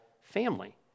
family